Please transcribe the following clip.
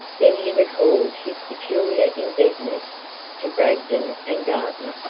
then he recalled his peculiar indebtedness to bragdon and gardner.